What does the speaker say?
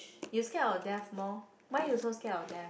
you scared of death more why you so scared of death